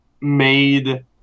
made